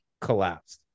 collapsed